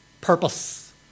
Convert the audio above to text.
purpose